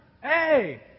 Hey